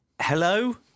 Hello